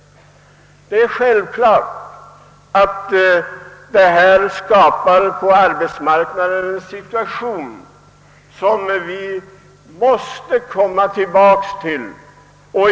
Det är självklart att detta skapar en situation på arbetsmarknaden som vi måste komma tillbaka till.